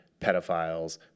pedophiles